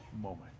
moment